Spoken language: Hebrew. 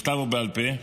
בכתב או בעל פה,